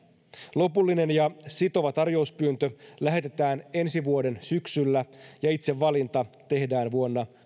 lopullinen ja sitova tarjouspyyntö lähetetään ensi vuoden syksyllä ja itse valinta tehdään vuonna